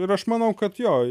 ir aš manau kad jo